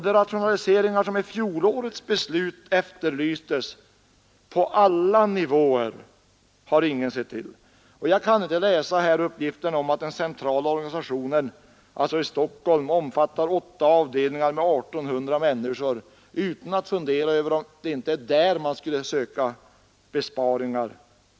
De rationaliseringar som efterlystes på alla nivåer i fjolårets beslut har ingen sett till. Jag kan inte läsa uppgiften om att den centrala organisationen i Stockholm omfattar åtta avdelningar med 1 800 människor utan att fundera över om det inte är där man bl.a. skulle söka besparingar.